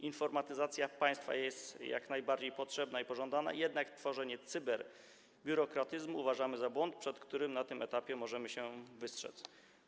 Informatyzacja państwa jest jak najbardziej potrzebna i pożądana, jednak tworzenie cyberbiurokratyzmu uważamy za błąd, przed którym na tym etapie możemy się ustrzec.